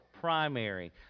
primary